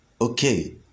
Okay